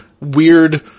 weird